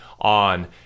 on